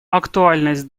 актуальность